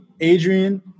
Adrian